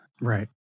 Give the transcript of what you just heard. Right